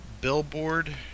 Billboard